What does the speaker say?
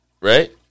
right